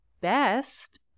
best